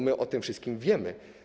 My o tym wszystkim wiemy.